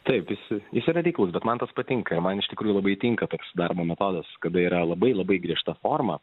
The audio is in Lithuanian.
taip visi yra lygūs bet man tas patinka man iš tikrųjų labai tinka toks darbo metodas kada yra labai labai griežta forma